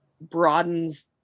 broadens